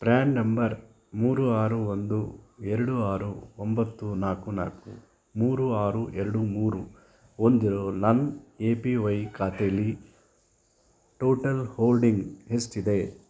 PRAN number ಮೂರು ಆರು ಒಂದು ಎರಡು ಆರು ಒಂಬತ್ತು ನಾಲ್ಕು ನಾಲ್ಕು ಮೂರು ಆರು ಎರಡು ಮೂರು ಹೊಂದಿರೋ ನನ್ನ ಎ ಪಿ ವೈ ಖಾತೇಲಿ ಟೋಟಲ್ ಹೋಲ್ಡಿಂಗ್ ಎಷ್ಟಿದೆ